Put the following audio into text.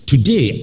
Today